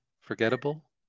Forgettable